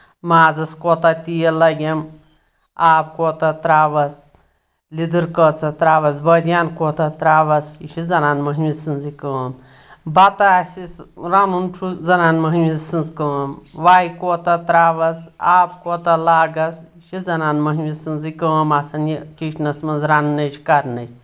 مازَس کوتاہ تیٖل لَگؠم آب کوٗتاہ ترٛاوَس لیدٕر کۭژاہ ترٛاوَس بٲدِیان کوٗتاہ ترٛاوَس یہِ چھِ زَنان مۄہنوِ سٕنٛزٕے کٲم بَتہٕ آسہِ رَنُن چھُ زَنان مۄہنوِ سٕنٛز کٲم واے کوٗتاہ ترٛاوَس آب کوٗتاہ لاگَس یہِ چھِ زَنان مۄہنوِ سٕنٛزٕے کٲم آسان یہِ کِچنَس منٛز رَننٕچ کَرنٕچ